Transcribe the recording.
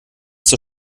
zur